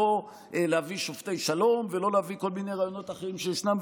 לא להביא שופטי שלום ולא להביא כל מיני רעיונות אחרים שישנם,